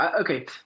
Okay